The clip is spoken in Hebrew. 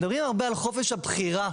מדברים הרבה על חופש הבחירה.